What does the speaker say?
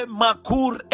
makur